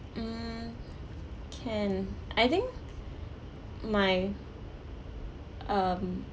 mm can I think my um